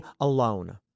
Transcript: alone